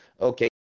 okay